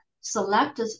select